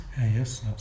Yes